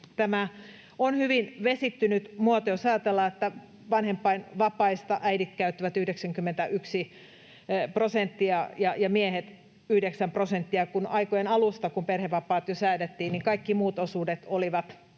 Tämä on hyvin vesittynyt muoto, jos ajatellaan, että vanhempainvapaista äidit käyttävät 91 prosenttia ja isät 9 prosenttia. Vaikka jo aikojen alusta, kun perhevapaat säädettiin, kaikki muut osuudet paitsi